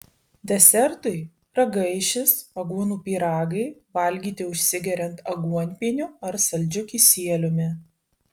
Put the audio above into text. desertui ragaišis aguonų pyragai valgyti užsigeriant aguonpieniu ar saldžiu kisieliumi